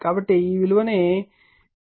కాబట్టి ఈ విలువను లభిస్తుంది